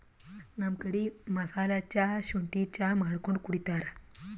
ನಮ್ ಕಡಿ ಮಸಾಲಾ ಚಾ, ಶುಂಠಿ ಚಾ ಮಾಡ್ಕೊಂಡ್ ಕುಡಿತಾರ್